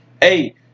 hey